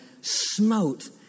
smote